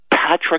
Patrick